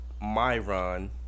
Myron